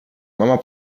mama